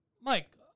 Mike